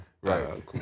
Right